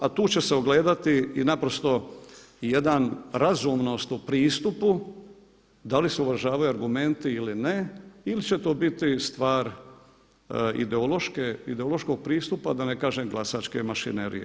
A tu će se ogledati i naprosto jedan razumnost u pristupu, da li se uvažavaju argumenti ili ne ili će to biti stvar ideološkog pristupa da ne kažem glasačke mašinerije.